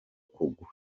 kugwa